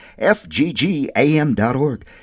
fggam.org